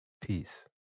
Peace